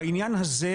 בעניין הזה,